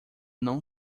não